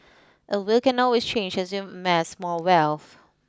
a will can always change as you amass more wealth